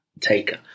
taker